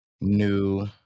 new